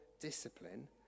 discipline